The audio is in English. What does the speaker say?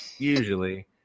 Usually